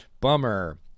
Bummer